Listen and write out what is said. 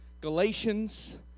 Galatians